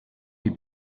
die